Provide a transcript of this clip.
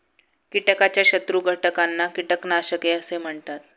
कीटकाच्या शत्रू घटकांना कीटकनाशके असे म्हणतात